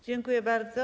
Dziękuję bardzo.